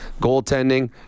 Goaltending